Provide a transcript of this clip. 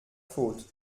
faute